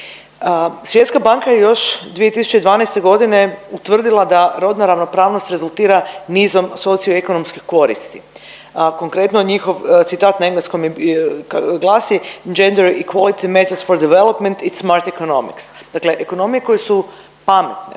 Svjetska banka je još 2012. g. utvrdila da rodna ravnopravnost rezultira nizom socio-ekonomskih koristi. Konkretno, njihov citat na engleskom glasi gender equality matches for develpment, it's smart economics. Dakle ekonomije koje su pametne,